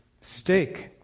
steak